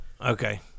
Okay